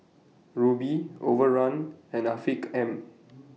Rubi Overrun and Afiq M